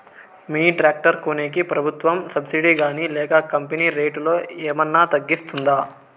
Mini tractor కొనేకి ప్రభుత్వ subsidy గాని లేక కంపెని రేటులో ఏమన్నా తగ్గిస్తుందా?